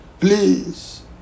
Please